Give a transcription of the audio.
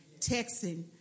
texting